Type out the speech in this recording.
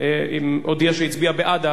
אני קובע שהצעת חוק נכסים של נספי השואה